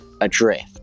adrift